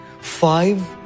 five